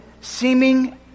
seeming